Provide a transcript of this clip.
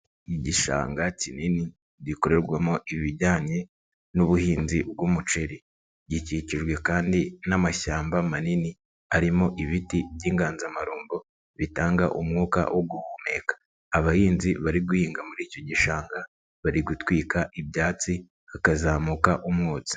igishanga kinini gikorerwamo ibijyanye n'ubuhinzi bw'umuceri, gikikijwe kandi n'amashyamba manini arimo ibiti by'inganzamarumbo bitanga umwuka wo guhumeka, abahinzi bari guhinga muri icyo gishanga bari gutwika ibyatsi hakazamuka umwotsi.